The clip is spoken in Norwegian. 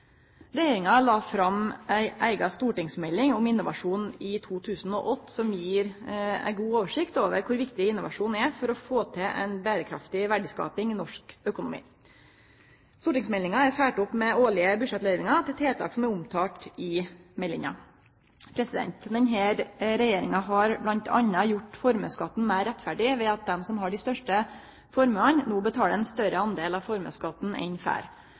Regjeringa la i 2008 fram ei eiga stortingsmelding om innovasjon, som gir ei god oversikt over kor viktig innovasjon er for å få til ei berekraftig verdiskaping i norsk økonomi. Stortingsmeldinga er følgd opp med årlege budsjettløyvingar til tiltak som er omtalde i meldinga. Denne regjeringa har bl.a. gjort formuesskatten meir rettferdig ved at dei som har dei største formuane, no betaler ein større del i formuesskatt enn